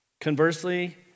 Conversely